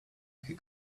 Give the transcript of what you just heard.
could